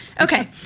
Okay